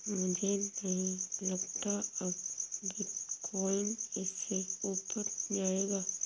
मुझे नहीं लगता अब बिटकॉइन इससे ऊपर जायेगा